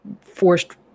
forced